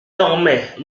dormaient